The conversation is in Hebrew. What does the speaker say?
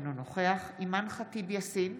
אינו נוכח אימאן ח'טיב יאסין,